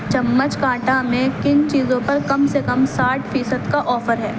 چمچ کانٹا میں کن چیزوں پر کم سے کم ساٹھ فیصد کا آفر ہے